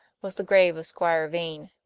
was the grave of squire vane.